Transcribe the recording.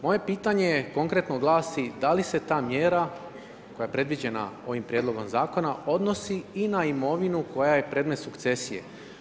Moje pitanje, konkretno glasi, da li se ta mjera, koja je predviđena ovim prijedlogom zakona, odnosi i na imovinu, koja je predmet sukcesije.